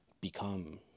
become